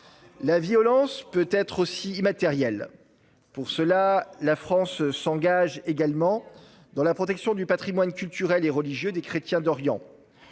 La violence peut être aussi immatérielle. C'est pourquoi la France s'engage également dans la protection du patrimoine culturel et religieux des chrétiens d'Orient.